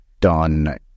done